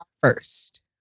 first